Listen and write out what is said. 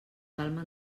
calma